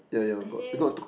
I see